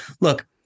look